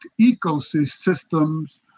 ecosystems